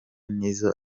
n’izo